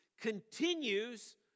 Continues